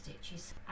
stitches